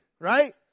right